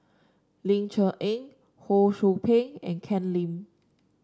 Ling Cher Eng Ho Sou Ping and Ken Lim